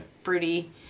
fruity